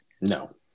No